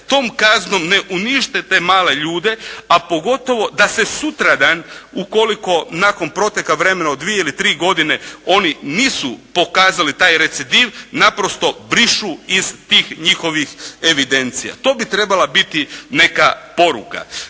tom kaznom ne unište te male ljude, a pogotovo da se sutradan ukoliko nakon proteka vremena od dvije ili tri godine oni nisu pokazali taj recidiv naprosto brišu iz tih njihovih evidencija. To bi trebala biti neka poruka.